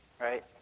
right